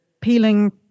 peeling